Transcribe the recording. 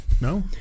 No